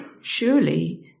Surely